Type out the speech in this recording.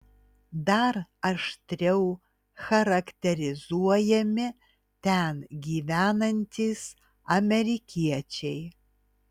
dar aštriau charakterizuojami ten gyvenantys amerikiečiai